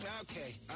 Okay